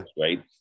Right